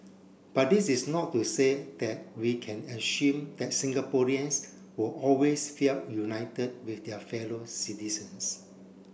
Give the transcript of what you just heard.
but this is not to say that we can assume that Singaporeans will always felt united with their fellow citizens